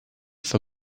for